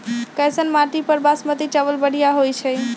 कैसन माटी पर बासमती चावल बढ़िया होई छई?